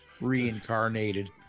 reincarnated